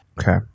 Okay